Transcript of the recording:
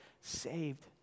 saved